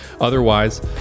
Otherwise